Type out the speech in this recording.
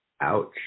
Ouch